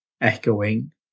echoing